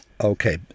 Okay